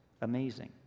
amazing